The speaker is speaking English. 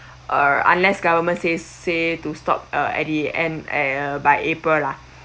or unless government says say to stop uh at the end by april lah